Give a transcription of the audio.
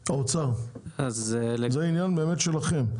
האוצר, זה עניין שהוא באמת שלכם.